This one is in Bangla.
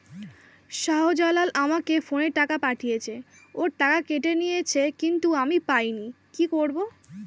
শাহ্জালাল আমাকে ফোনে টাকা পাঠিয়েছে, ওর টাকা কেটে নিয়েছে কিন্তু আমি পাইনি, কি করব?